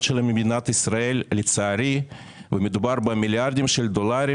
שלהן ממדינת ישראל לצערי ומדובר במיליארדי דולרים